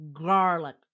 garlic